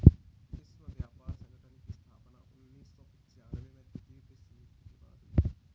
विश्व व्यापार संगठन की स्थापना उन्नीस सौ पिच्यानबें में द्वितीय विश्व युद्ध के बाद हुई